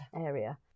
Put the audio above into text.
area